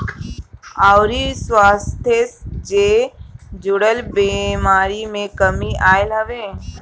अउरी स्वास्थ्य जे जुड़ल बेमारी में कमी आईल हवे